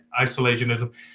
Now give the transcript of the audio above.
isolationism